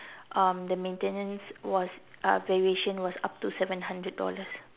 um the maintenance was uh variation was up to seven hundred dollars